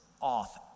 off